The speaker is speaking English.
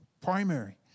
primary